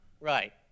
right